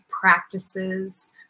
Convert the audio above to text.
practices